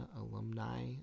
Alumni